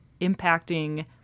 impacting